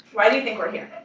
why do you think we're here?